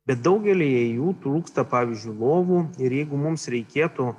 bet daugelyje jų trūksta pavyzdžiui lovų ir jeigu mums reikėtų